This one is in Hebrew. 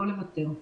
לא לוותר.